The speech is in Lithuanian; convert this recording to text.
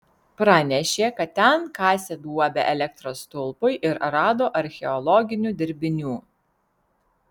pranešė kad ten kasė duobę elektros stulpui ir rado archeologinių dirbinių